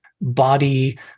body